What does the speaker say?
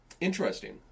Interesting